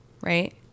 Right